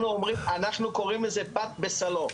אנחנו קורים לזה פת בסלו.